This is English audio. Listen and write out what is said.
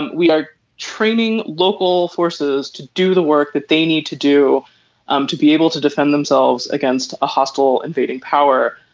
and we are training local forces to do the work that they need to do um to be able to defend themselves against a hostile invading power.